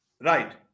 Right